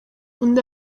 undi